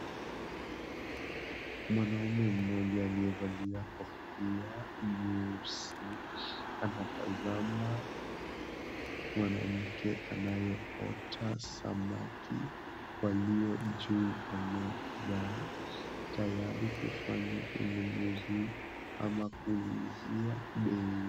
Mwanamme mmoja aliyevalia kofia nyeusi anatazama mwanamke anayeoka samaki walio juu ya meza, tayari kufanya ununuzi ama kuulizia bei.